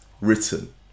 written